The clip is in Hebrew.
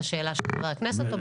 ביחס לשאלה של חברי הכנסת?